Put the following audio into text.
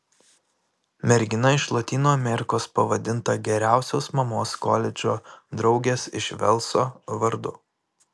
mergina iš lotynų amerikos pavadinta geriausios mamos koledžo draugės iš velso vardu